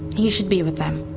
he should be with them